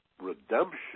redemption